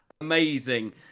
amazing